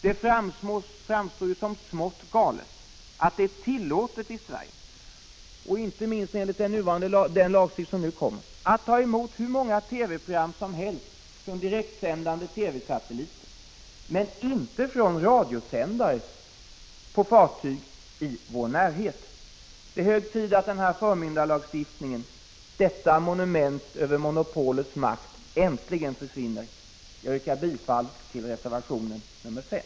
Det framstår som smått galet att det är tillåtet i Sverige, inte minst enligt den lagstiftning som nu kommer, att ta emot hur många program som helst från direktsändande TV-satelliter men inte från radiosändare på fartyg i vår närhet. Det är hög tid att denna förmyndarlagstiftning, detta monument över monopolets makt, äntligen försvinner. Jag yrkar bifall till reservation 5.